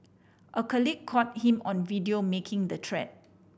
a colleague caught him on video making the threat